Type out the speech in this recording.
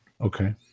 Okay